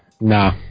Nah